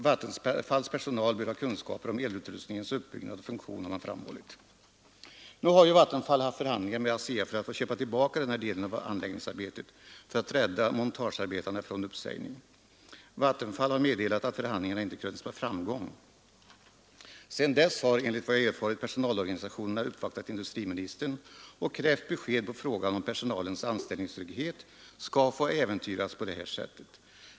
Vattenfalls personal bör ha kunskaper om elutrustningens uppbyggnad och funktion, har man framhållit. Nu har ju Vattenfall haft förhandlingar med ASEA för att få köpa tillbaka den här delen av anläggningsarbetet och rädda montagearbetarna från uppsägning. Vattenfall har meddelat att förhandlingarna inte krönts med framgång. Sedan dess har, enligt vad jag erfarit, personalorganisationerna uppvaktat industriministern och krävt svar på frågan om personalens anställningstrygghet skall få äventyras på detta sätt.